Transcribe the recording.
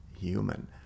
human